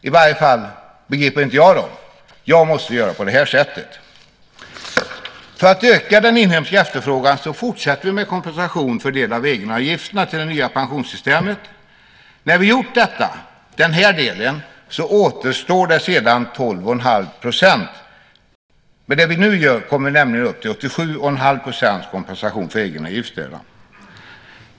I varje fall begriper inte jag dem. Jag måste göra så. För att öka den inhemska efterfrågan fortsätter vi med kompensation för en del av egenavgifterna till det nya pensionssystemet. När vi har gjort den delen återstår 12 1⁄2 %. Med det vi nu gör kommer vi upp till 87 1⁄2 % kompensation för egenavgifterna.